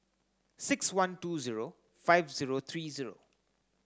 six one two zero five zero three zero